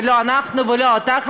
ולא אנחנו ולא אתה,